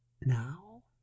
Now